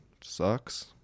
Sucks